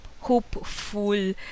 hopeful